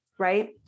right